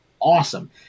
awesome